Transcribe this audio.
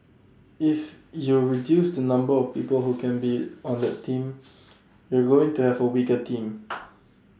if you reduce the number of people who can be on that team you're going to have A weaker team